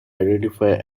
identify